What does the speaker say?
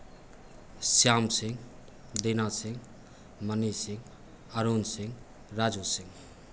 Shyam Singh Dena Singh Mani Singh Arun Singh Raju Singh